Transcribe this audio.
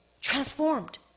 transformed